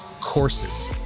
courses